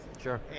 Sure